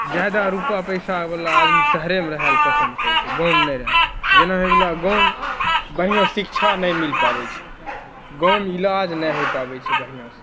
जादा रूपआ पैसा बला आदमी शहरेमे रहए लऽ पसंद करैत छै गाँवमे नहि रहए जेना हो गेलै गाँवमे बढ़िआँ शिक्षा नहि मिल पाबैत छै गाँवमे इलाज नहि हो पाबैत छै बढ़िआँ से